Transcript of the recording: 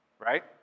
right